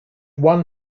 one